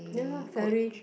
ya ferry